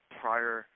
prior